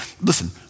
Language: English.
Listen